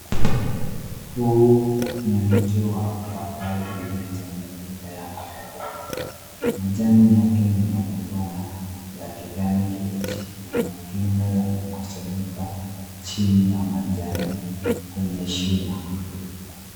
Huu ni mti wa mpapai umejaa matunda ya mapapai. Majani yake ni makubwa na ya kijani kibichi na matunda yamekusanyika chini ya majani kwenye shina.